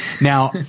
Now